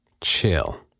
Chill